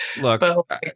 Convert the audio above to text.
Look